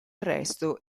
resto